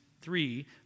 three